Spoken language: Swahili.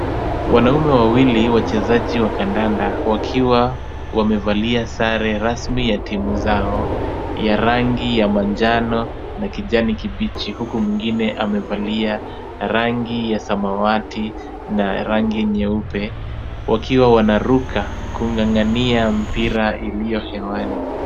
Wanaume wawili wachezaji wa kandanda, wakiwa wamevalia sare rasmi ya timu zao ya rangi ya manjano na kijani kibichi, huku mwingine amevalia ya rangi ya samawati na ya rangi nyeupe wakiwa wanaruka kung'ang'ania mpira iliyo hewani.